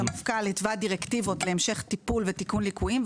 הסמפכ"ל התווה דירקטיבות להמשך טיפול ותיקון ליקויים,